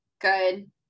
good